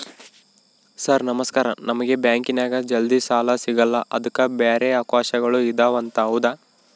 Sir ನಮಸ್ಕಾರ ನಮಗೆ ಬ್ಯಾಂಕಿನ್ಯಾಗ ಜಲ್ದಿ ಸಾಲ ಸಿಗಲ್ಲ ಅದಕ್ಕ ಬ್ಯಾರೆ ಅವಕಾಶಗಳು ಇದವಂತ ಹೌದಾ?